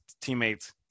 teammates